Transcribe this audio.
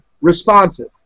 responsive